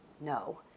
No